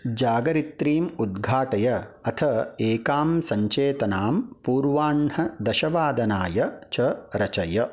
जागरित्रीम् उद्घाटय अथ एकां सञ्चेतनां पूर्वाह्णदशवादनाय च रचय